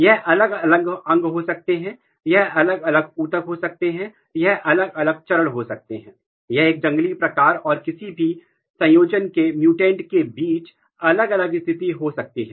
यह अलग अलग अंग हो सकते हैं यह अलग अलग ऊतक हो सकते हैं यह अलग अलग चरण हो सकते हैं यह एक जंगली प्रकार और किसी भी संयोजन के म्यूटेंट के बीच अलग अलग स्थिति हो सकती है